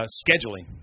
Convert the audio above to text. scheduling